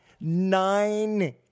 nine